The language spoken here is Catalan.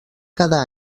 cada